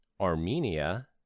Armenia